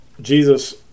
jesus